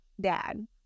dad